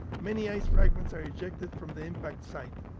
many ice fragments are ejected from the impact site.